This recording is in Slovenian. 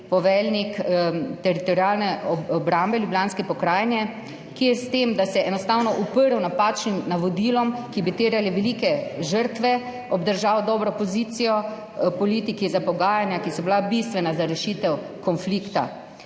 poveljnik Teritorialne obrambe Ljubljanske pokrajine, ki je s tem, da se je enostavno uprl napačnim navodilom, ki bi terjale velike žrtve, obdržal dobro pozicijo politiki za pogajanja, ki so bila bistvena za rešitev konflikta.